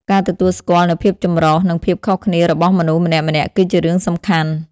ការទទួលស្គាល់នូវភាពចម្រុះនិងភាពខុសគ្នារបស់មនុស្សម្នាក់ៗគឺជារឿងសំខាន់។